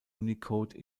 unicode